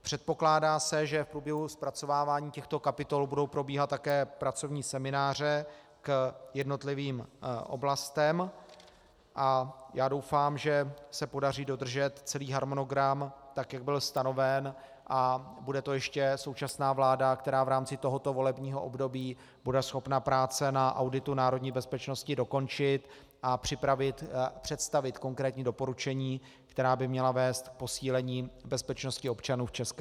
Předpokládá se, že v průběhu zpracovávání těchto kapitol budou probíhat také pracovní semináře k jednotlivým oblastem, a já doufám, že se podaří dodržet celý harmonogram tak, jak byl stanoven, a bude to ještě současná vláda, která v rámci tohoto volebního období bude schopna práce na auditu národní bezpečnosti dokončit a představit konkrétní doporučení, která by měla vést k posílení bezpečnosti občanů v ČR.